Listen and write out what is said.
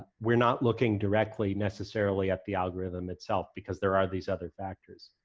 we're not looking directly, necessarily, at the algorithm itself, because there are these other factors.